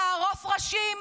לערוף ראשים,